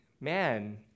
Man